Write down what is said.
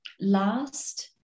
last